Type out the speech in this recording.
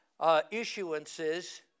issuances